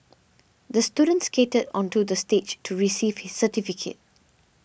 the student skated onto the stage to receive his certificate